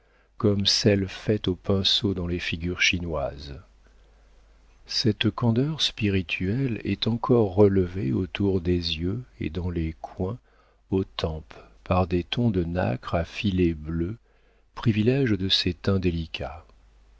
comme celles faites au pinceau dans les figures chinoises cette candeur spirituelle est encore relevée autour des yeux et dans les coins aux tempes par des tons de nacre à filets bleus privilége de ces teints délicats